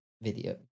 video